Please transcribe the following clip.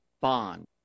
Bond